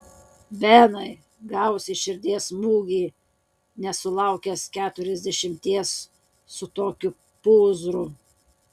benai gausi širdies smūgį nesulaukęs keturiasdešimties su tokiu pūzru